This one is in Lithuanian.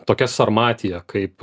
tokia sarmatija kaip